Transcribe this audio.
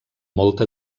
molta